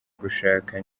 gushaka